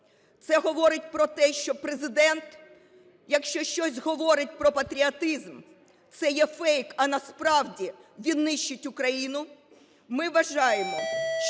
це говорить про те, що Президент, якщо щось говорить про патріотизм, це є фейк, а насправді він нищить Україну.